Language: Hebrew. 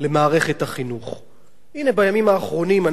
בימים האחרונים אנחנו עומדים בפני הסיפור בחריש,